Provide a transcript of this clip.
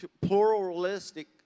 pluralistic